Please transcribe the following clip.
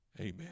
amen